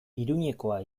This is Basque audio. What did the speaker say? iruñekoa